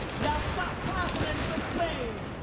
now stop clapping and just sing.